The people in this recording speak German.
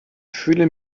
fühle